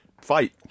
fight